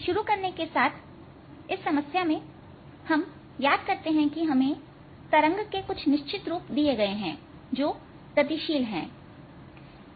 तो शुरू करने के साथ इस समस्या मेंहम याद करते हैं कि हमें तरंग के कुछ निश्चित रूप दिए गए हैं जो गतिशील हैं